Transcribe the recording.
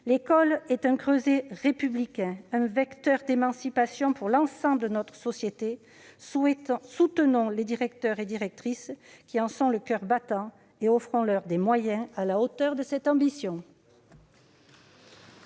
L'école est un creuset républicain, un vecteur d'émancipation pour l'ensemble de notre société. Soutenons les directeurs et directrices, qui en sont le coeur battant, et offrons-leur des moyens à la hauteur de cette ambition